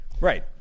right